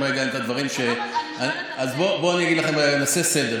בואו נעשה סדר.